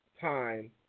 time